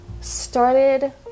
started